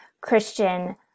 Christian